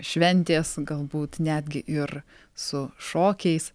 šventės galbūt netgi ir su šokiais